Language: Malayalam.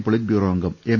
പൊളിറ്റ് ബ്യൂറോ അംഗം എം